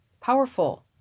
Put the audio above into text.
powerful